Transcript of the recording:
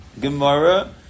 Gemara